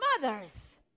mothers